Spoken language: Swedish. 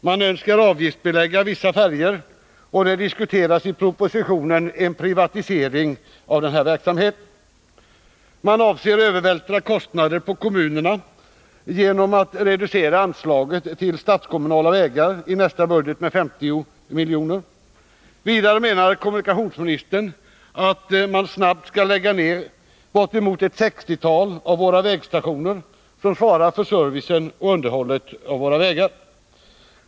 Man önskar avgiftsbelägga vissa färjor, och i propositionen diskuteras en privatisering av denna verksamhet. Man avser övervältra kostnader på kommunerna genom att reducera anslaget till statskommunala vägar i nästa budget med 50 milj.kr. Vidare menar kommunikationsminis 101 tern att man snabbt skall lägga ner ett 60-tal av våra vägstationer, som svarar för servicen och underhållet av våra vägar.